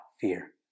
fear